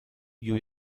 you